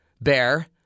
bear